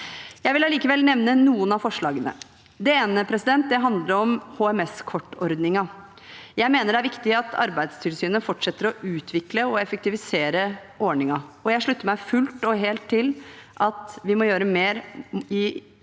Jeg vil allikevel nevne noen av forslagene. Det ene handler om HMS-kortordningen. Jeg mener det er viktig at Arbeidstilsynet fortsetter å utvikle og effektivisere ordningen. Jeg slutter meg også fullt og helt til at vi må gjøre mer i